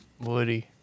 Woody